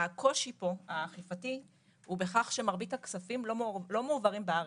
הקושי האכיפתי פה הוא בכך שמרבית הכספים לא מועברים בארץ,